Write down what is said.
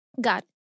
God